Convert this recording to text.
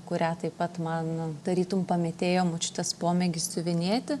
kurią taip pat man tarytum pamėtėjo močiutės pomėgis siuvinėti